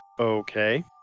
Okay